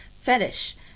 fetish